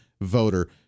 voter